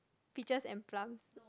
peaches and plums